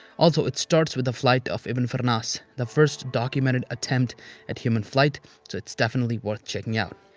also, it starts with the flight of ibn firnas, the first documented attempt at human flight so, it's definitely worth checking out.